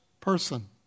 person